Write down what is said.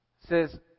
says